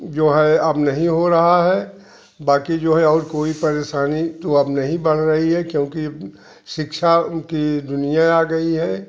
जो है अब नहीं हो रहा है बाकि जो है और कोई परेशानी तो अब नहीं बढ़ रही है क्योंकि शिक्षा की दुनिया आ गई है